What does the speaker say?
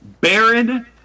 Baron